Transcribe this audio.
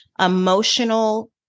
emotional